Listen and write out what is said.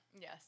Yes